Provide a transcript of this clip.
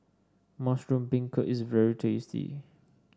Mushroom Beancurd is very tasty